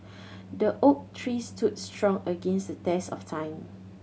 the oak tree stood strong against the test of time